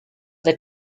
the